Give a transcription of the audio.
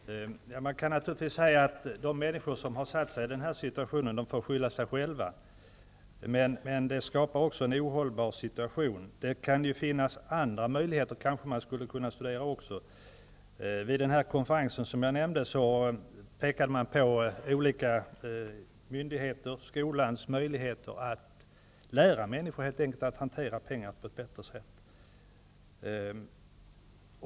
Fru talman! Man kan naturligtvis säga att de människor som har försatt sig i den här situationen får skylla sig själva, men det skapas ändå en ohållbar situation. Det finns kanske andra möjligheter som kan studeras. Vid den konferens som jag nämnde pekade man bl.a. på skolans möjlighet att helt enkelt lära människor att hantera pengar på ett bättre sätt.